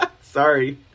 Sorry